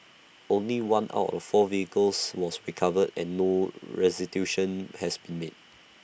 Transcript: only one out of four vehicles was recovered and no restitution had been made